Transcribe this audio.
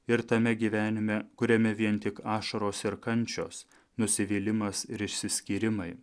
ir tame gyvenime kuriame vien tik ašaros ir kančios nusivylimas ir išsiskyrimai